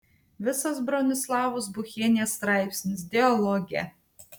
visas bronislavos buchienės straipsnis dialoge